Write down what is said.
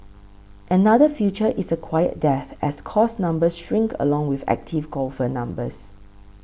another future is a quiet death as course numbers shrink along with active golfer numbers